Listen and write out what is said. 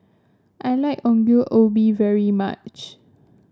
I like Ongol Ubi very much